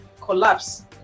collapse